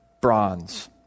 bronze